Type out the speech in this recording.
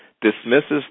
dismisses